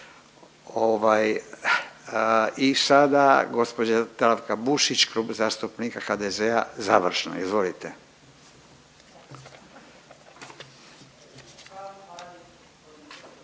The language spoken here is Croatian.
i sada gđa Zdravka Bušić, Kluba zastupnika HDZ-a završno, izvolite.